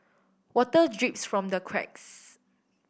water drips from the cracks